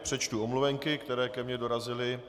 Přečtu omluvenky, které ke mně dorazily.